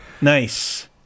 Nice